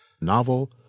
Novel